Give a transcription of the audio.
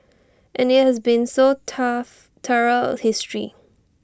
and IT has been so tough throughout history